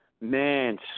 Man